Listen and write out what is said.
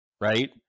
Right